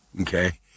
Okay